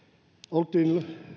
oltiin